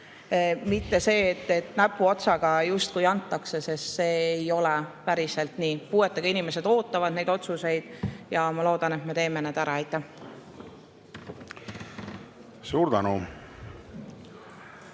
mitte sellest, et antakse justkui näpuotsaga, sest see ei ole päriselt nii. Puuetega inimesed ootavad neid otsuseid ja ma loodan, et me teeme need ära. Aitäh!